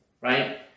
right